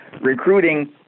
recruiting